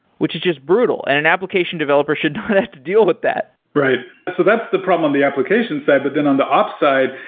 which is just brutal, and an application developers should not have to deal with that. right. so that's the problem on the application, but then on the ops side,